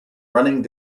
running